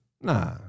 Nah